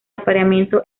apareamiento